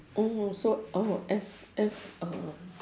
oh so oh S S err